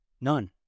None